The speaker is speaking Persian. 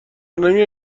نمیایی